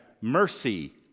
mercy